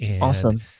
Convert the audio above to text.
awesome